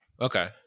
Okay